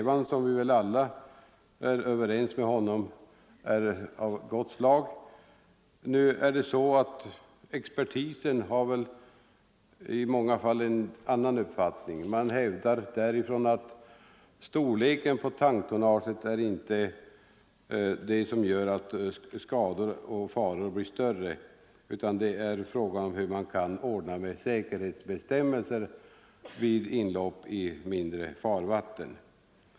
Vi är alla överens med honom om att denna strävan är god. Experterna har i många fall den uppfattningen att storleken på tanktonnaget inte är det som gör att skador och faror blir större utan att det gäller hur man kan ordna säkerhetsbestämmelserna vid inlopp i mindre farvatten.